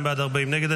32 בעד, 40 נגד.